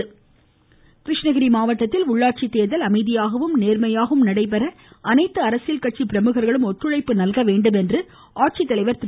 மமமமம இருவரி கிருஷ்ணகிரி மாவட்டத்தில் உள்ளாட்சி தேர்தல் அமைதியாகவும் நேர்மையாகவும் நடைபெற அனைத்து அரசியல் கட்சி பிரமுகர்களும் ஒத்துழைப்பு வழங்க வேண்டும் என ஆட்சித்தலைவர் திரு